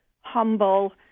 humble